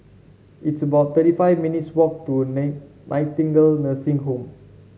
it's about thirty five minutes' walk to Nightingale Nursing Home